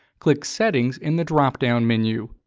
click settings in the drop-down menu.